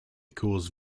cause